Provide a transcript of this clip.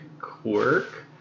quirk